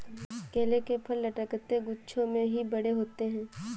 केले के फल लटकते गुच्छों में ही बड़े होते है